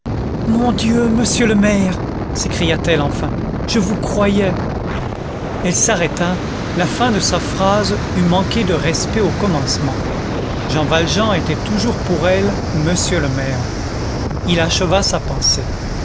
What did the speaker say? mon dieu monsieur le maire s'écria-t-elle enfin je vous croyais elle s'arrêta la fin de sa phrase eût manqué de respect au commencement jean valjean était toujours pour elle monsieur le maire il acheva sa pensée